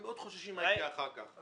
הם מאוד חוששים ממה שיהיה אחר כך.